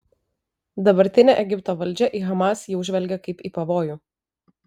dabartinė egipto valdžia į hamas jau žvelgia kaip į pavojų